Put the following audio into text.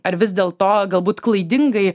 ar vis dėl to galbūt klaidingai